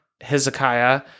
Hezekiah